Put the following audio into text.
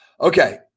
Okay